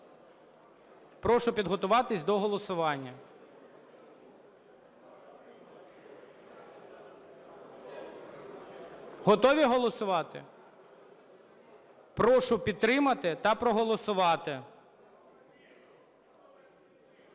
Прошу підготуватись до голосування. Готові голосувати? Прошу підтримати та проголосувати. 14:18:23